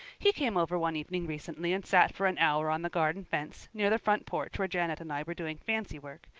he came over one evening recently and sat for an hour on the garden fence, near the front porch where janet and i were doing fancy-work.